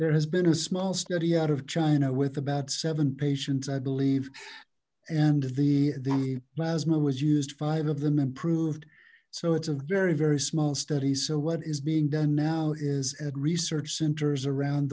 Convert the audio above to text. there has been a small study out of china with about seven patients i believe and the the plasma was used five of them improved so it's a very very small study so what is being done now is at research centers around